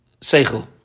Seichel